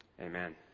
Amen